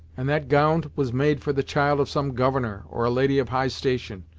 and that gownd was made for the child of some governor, or a lady of high station,